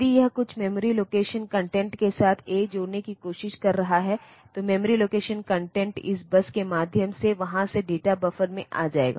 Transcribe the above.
यदि यह कुछ मेमोरी लोकेशन कंटेंट के साथ A जोड़ने की कोशिश कर रहा है तो मेमोरी लोकेशन कंटेंट इस बस के माध्यम से वहां से डेटा बफर में आ जाएगा